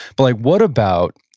but what about,